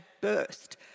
burst